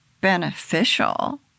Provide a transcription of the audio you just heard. beneficial